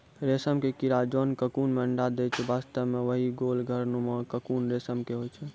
रेशम के कीड़ा जोन ककून मॅ अंडा दै छै वास्तव म वही गोल घर नुमा ककून रेशम के होय छै